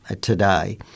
today